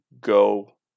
go